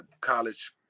college